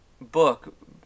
book